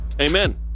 Amen